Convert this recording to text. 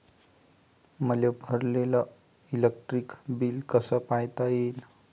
मले भरलेल electric bill कस पायता येईन?